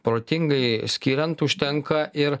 protingai skiriant užtenka ir